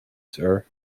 sir